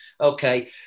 okay